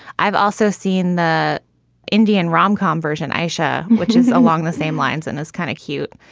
i've also seen the indian rom com version, aisha, which is along the same lines and is kind of cute.